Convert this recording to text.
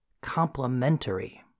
complementary